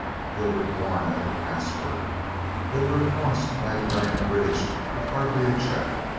gilbert bourne had the password they were across magdalen bridge with hardly a check.